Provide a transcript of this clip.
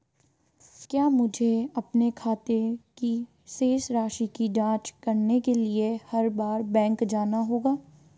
क्या मुझे अपने खाते की शेष राशि की जांच करने के लिए हर बार बैंक जाना होगा?